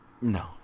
No